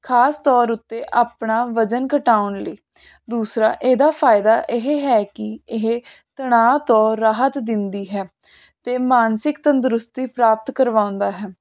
ਖ਼ਾਸ ਤੌਰ ਉੱਤੇ ਆਪਣਾ ਵਜ਼ਨ ਘਟਾਉਣ ਲਈ ਦੂਸਰਾ ਇਹਦਾ ਫ਼ਾਇਦਾ ਇਹ ਹੈ ਕੀ ਇਹ ਤਣਾਅ ਤੋਂ ਰਾਹਤ ਦਿੰਦੀ ਹੈ ਅਤੇ ਮਾਨਸਿਕ ਤੰਦਰੁਸਤੀ ਪ੍ਰਾਪਤ ਕਰਵਾਉਂਦਾ ਹੈ